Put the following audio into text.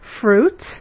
fruit